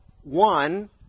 one